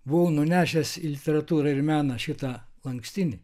buvau nunešęs į literatūrą ir meną šitą lankstinį